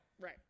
right